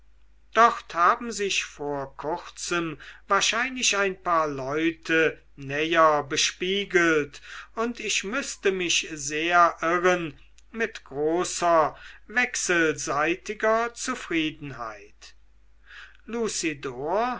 dort haben sich vor kurzem wahrscheinlich ein paar leute näher bespiegelt und ich müßte mich sehr irren mit großer wechselseitiger zufriedenheit